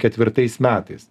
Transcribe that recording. ketvirtais metais